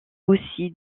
aussi